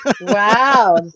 Wow